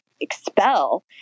expel